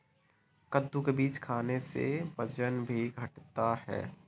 कद्दू के बीज खाने से वजन भी घटता है